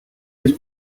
this